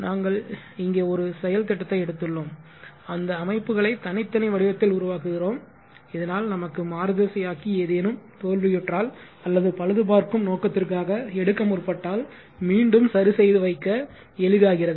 நாங்கள் இங்கே ஒரு செயல்திட்டத்தை எடுத்துள்ளோம் அந்த அமைப்புகளை தனித்தனி வடிவத்தில் உருவாக்குகிறோம் இதனால் நமக்கு மாறுதிசையாக்கி ஏதேனும் தோல்வியுற்றால் அல்லது பழுதுபார்க்கும் நோக்கத்திற்காக எடுக்க முற்பட்டால் மீண்டும் சரிசெய்து வைக்க எளிதாகிறது